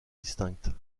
distinctes